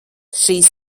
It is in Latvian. šīs